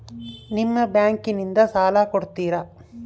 ನಿಮ್ಮ ಬ್ಯಾಂಕಿನಿಂದ ಸಾಲ ಕೊಡ್ತೇರಾ?